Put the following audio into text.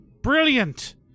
Brilliant